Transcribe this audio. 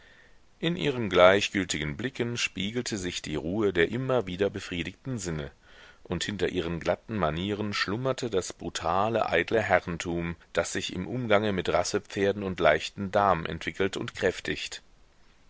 in ihren gleichgültigen blicken spiegelte sich die ruhe der immer wieder befriedigten sinne und hinter ihren glatten manieren schlummerte das brutale eitle herrentum das sich im umgange mit rassepferden und leichten damen entwickelt und kräftigt